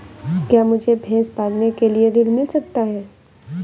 क्या मुझे भैंस पालने के लिए ऋण मिल सकता है?